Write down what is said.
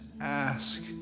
ask